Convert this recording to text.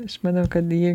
aš manau kad ji